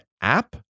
app